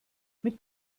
mit